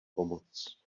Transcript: pomoc